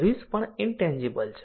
service પણ intangible છે